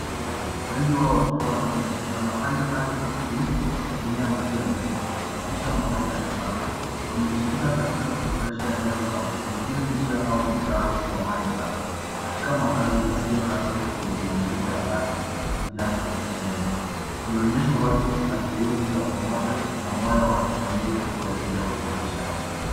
Kundi la watu wengi wao wakiwa wanaume, wanafanya kazi kwa bidii wakitumia majembe kusafisha matope na taka. Wamejikita katika kuboresha eneo lao pengine njia au mtaro wa maji taka, katika makazi yasio rasmi yenye majengo ya bati na kijani kibichi nyuma. Ni onyesho wazi la juhudi za pamoja na moyo wa kijamii kuelekea uboreshaji.